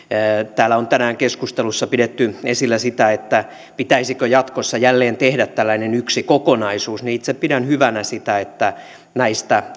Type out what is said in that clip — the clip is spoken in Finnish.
täällä on tänään keskustelussa pidetty esillä sitä pitäisikö jatkossa jälleen tehdä tällainen yksi kokonaisuus niin itse pidän hyvänä sitä että näistä